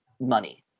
money